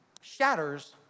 shatters